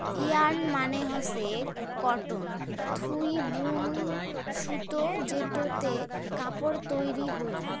yarn মানে হসে cotton থুই বুন সুতো যেটোতে কাপড় তৈরী হই